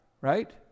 right